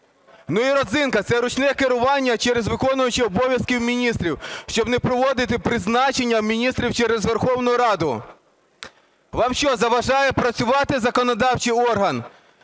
Ну і родзинка - це ручне керування через виконуючих обов'язки міністрів, щоб не проводити призначення міністрів через Верховну Раду. Вам що, заважає працювати законодавчий орган?